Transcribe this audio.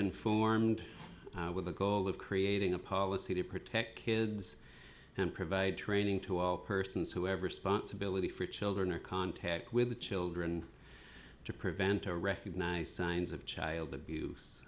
been formed with the goal of creating a policy to protect kids and provide training to all persons whoever sponsibility for children or contact with the children to prevent or recognize signs of child abuse